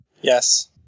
yes